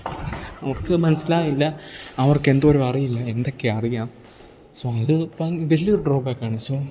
അവർക്ക് മനസ്സിലാകില്ല അവർക്കെന്തോരമറിയില്ല എന്തൊക്കെ അറിയാം സോ അത് ഇപ്പം വലിയൊരു ഡ്രോബാക്കാണ് സോ